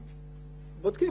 בודקים.